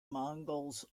mongols